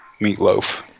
meatloaf